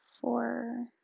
four